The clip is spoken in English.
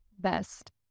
best